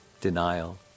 denial